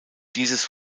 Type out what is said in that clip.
dieses